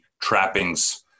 trappings